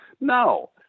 No